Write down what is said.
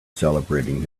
celebrating